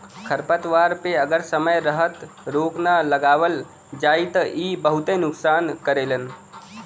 खरपतवार पे अगर समय रहते रोक ना लगावल जाई त इ बहुते नुकसान करेलन